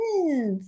Yes